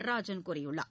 நடராஜன் கூறியுள்ளார்